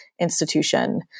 institution